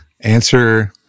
answer